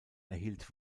erhielt